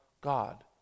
god